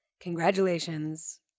Congratulations